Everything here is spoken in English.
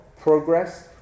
progress